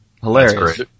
Hilarious